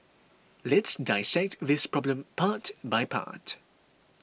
let's dissect this problem part by part